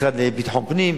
המשרד לביטחון פנים,